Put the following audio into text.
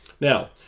Now